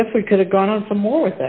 i guess we could have gone on some more